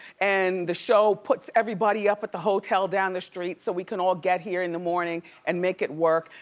and the show puts everybody up at the hotel down the street so we can all get here in the morning and make it work.